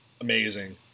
Amazing